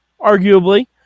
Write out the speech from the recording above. Arguably